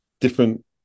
different